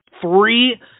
three